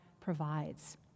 provides